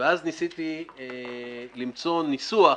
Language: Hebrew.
ואז ניסיתי למצוא ניסוח